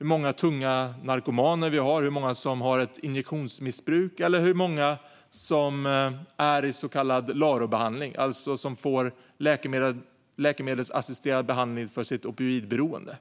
många tunga narkomaner vi har, hur många som har ett injektionsmissbruk eller hur många som är i så kallad LARO-behandling, alltså får läkemedelsassisterad behandling för sitt opioidberoende.